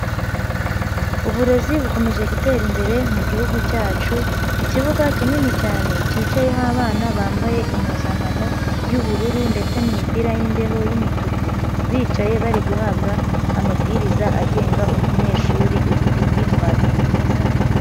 Uburezi bukomeje gutera imbere mu gihugu cyacu, ikibuga kinini cyane kicayeho abana bambaye impuzankano y'ubururu ndetse n'imipira y'imbeho yimituku. Bicaye bari guhabwa amabwiriza agenga umunyeshuri ufite imyitwarire myiza.